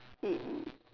it